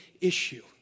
issue